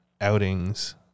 outings